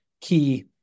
key